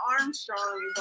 Armstrong